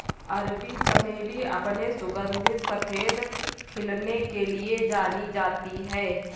अरबी चमेली अपने सुगंधित सफेद खिलने के लिए जानी जाती है